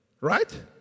Right